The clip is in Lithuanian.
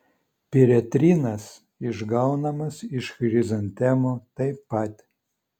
piretrinas išgaunamas iš chrizantemų taip pat